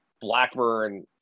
Blackburn